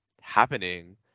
happening